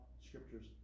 scriptures